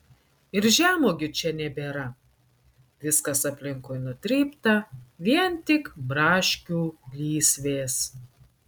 ir žemuogių čia nebėra viskas aplinkui nutrypta vien tik braškių lysvės